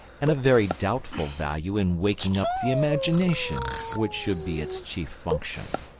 and of very doubtful value in waking up the imagination, which should be its chief function.